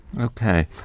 Okay